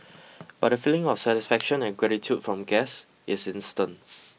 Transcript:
but the feeling of satisfaction and gratitude from guests is instant